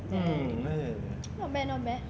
mm ya ya ya ya